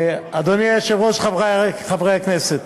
אדוני היושב-ראש, חברי חברי הכנסת,